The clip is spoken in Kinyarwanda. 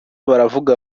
baravuga